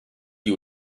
die